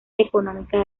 económica